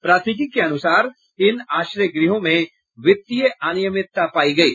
प्राथमिकी के अनुसार इन आश्रय गृहों में वित्तीय अनियमितता पायी गयी